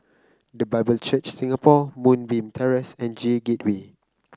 The Bible Church Singapore Moonbeam Terrace and J Gateway